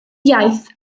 iaith